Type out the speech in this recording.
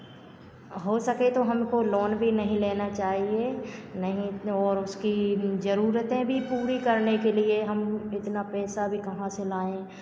हो सके तो हमको लोन भी नहीं लेना चाहिए नहीं ओर उसकी जरूरतें भी पूरी करने के लिए हम इतना पैसा भी कहाँ से लाएँ